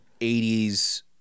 80s